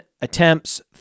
attempts